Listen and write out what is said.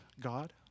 God